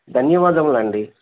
ధన్యవాదములండి